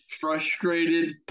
frustrated